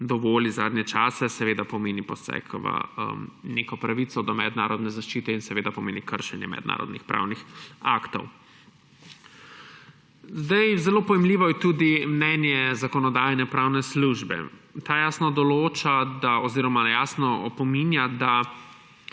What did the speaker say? dovoli zadnje čase, seveda pomeni poseg v neko pravico do mednarodne zaščite in seveda pomeni kršenje mednarodnih pravnih aktov. Zelo pojmljivo je tudi mnenje Zakonodajno-pravne službe. Ta jasno določa oziroma jasno opominja, da